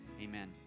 amen